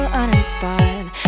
uninspired